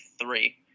three